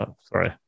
Sorry